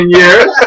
years